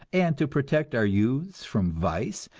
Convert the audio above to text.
and to protect our youths from vice,